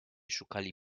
szukali